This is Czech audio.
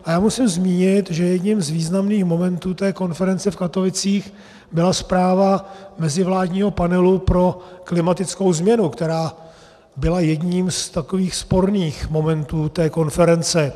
A já musím zmínit, že jedním z významných momentů té konference v Katovicích byla zpráva Mezivládního panelu pro klimatickou změnu, která byla jedním z takových sporných momentů té konference.